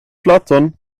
flaton